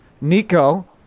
Nico